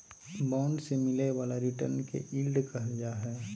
bond से मिलय वाला रिटर्न के यील्ड कहल जा हइ